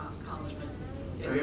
accomplishment